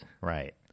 Right